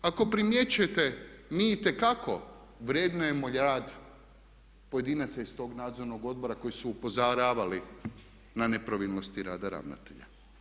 Ako primjećujete mi itekako vrednujemo rad pojedinaca iz tog nadzornog odbora koji su upozoravali na nepravilnosti rada ravnatelja.